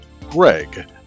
Greg